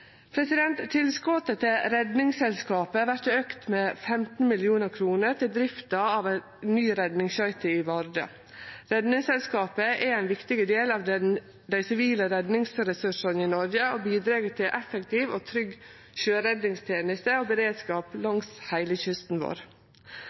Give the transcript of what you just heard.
Tilskotet til Redningsselskapet vert auka med 15 mill. kr til drifta av ei ny redningsskøyte i Vardø. Redningsselskapet er ein viktig del av dei sivile redningsressursane i Noreg og bidreg til effektiv og trygg sjøredningsteneste og beredskap